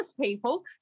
people